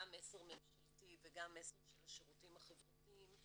גם מסר ממשלתי וגם מסר של השירותים החברתיים,